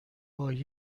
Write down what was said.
باید